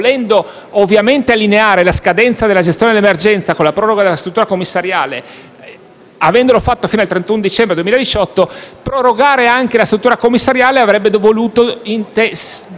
volendo ovviamente allineare la scadenza della gestione d'emergenza con la proroga della struttura commissariale (avendolo fatto fino al 31 dicembre 2018), prorogare anche la struttura commissariale avrebbe